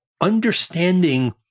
understanding